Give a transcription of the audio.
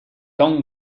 tom